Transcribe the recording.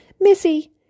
Missy